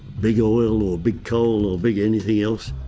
big oil or big coal or big anything else.